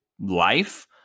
life